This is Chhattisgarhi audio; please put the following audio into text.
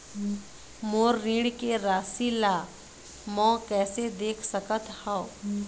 मोर ऋण के राशि ला म कैसे देख सकत हव?